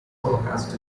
holocaust